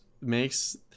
makes